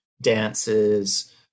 dances